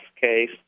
case